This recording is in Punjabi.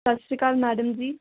ਸਤਿ ਸ਼੍ਰੀ ਅਕਾਲ ਮੈਡਮ ਜੀ